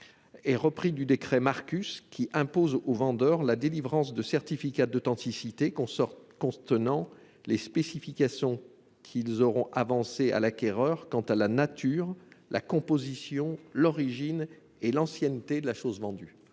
est repris du décret Marcus qui impose aux vendeurs la délivrance de certificats d'authenticité contenant les « spécifications qu'ils auront avancées quant à la nature, la composition, l'origine et l'ancienneté de la chose vendue